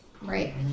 Right